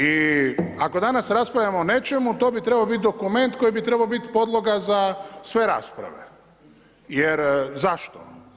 I ako danas raspravljamo o nečemu, to bi trebao biti dokument koji bi trebao biti podloga za sve rasprave jer zašto?